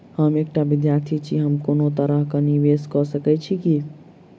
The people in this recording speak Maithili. हम एकटा विधार्थी छी, हम कोनो तरह कऽ निवेश कऽ सकय छी की?